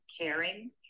caring